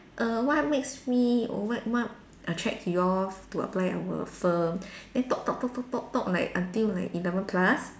err what makes me or what what attracts you all to apply our firm then talk talk talk talk talk talk like until like eleven plus